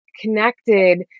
connected